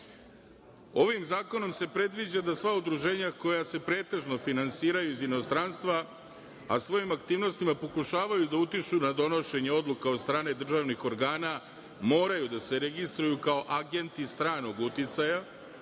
zakonom se predviđa da sva udruženja koja se pretežno finansiraju iz inostranstva, a svojim aktivnostima pokušavaju da utiču na donošenje odluka od strane državnih organa, moraju da se registruju kao agenti stranog uticaja,